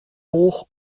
hoch